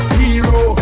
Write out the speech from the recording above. hero